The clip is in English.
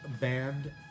band